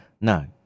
no